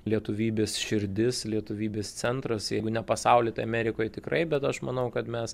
lietuvybės širdis lietuvybės centras jeigu ne pasauly tai amerikoj tikrai bet aš manau kad mes